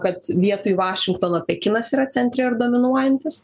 kad vietoj vašingtono pekinas yra centre ir dominuojantis